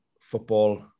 football